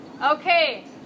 okay